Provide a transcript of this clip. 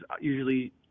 usually